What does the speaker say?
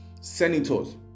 senators